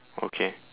okay